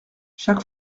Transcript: chaque